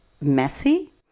messy